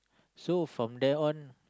so from then on